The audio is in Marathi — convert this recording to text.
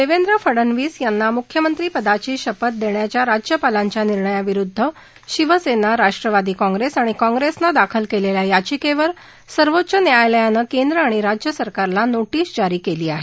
देवेंद्र फडनवीस यांना मुख्यमंत्रीपदाची शपथ देण्याच्या राज्यपालांच्या निर्णयाविरुद्ध शिवसेना राष्ट्रवादी काँप्रेस आणि काँप्रेसनं दाखल केलेल्या याचिकेवर सर्वोच्च न्यायालयानं केंद्र आणि राज्य सरकारला नोरिझे जारी केली आहे